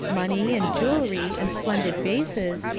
money, and jewellery, and splendid vases,